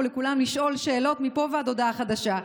לכולם לשאול שאלות מפה ועד הודעה חדשה,